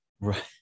Right